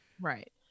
Right